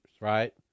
right